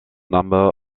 number